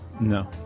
No